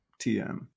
TM